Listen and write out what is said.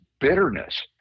bitterness